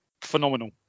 phenomenal